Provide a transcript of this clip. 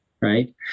right